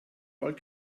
wald